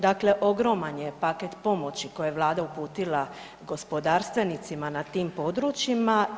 Dakle, ogroman je paket pomoći koji je Vlada uputila gospodarstvenicima na tim područjima.